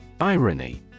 Irony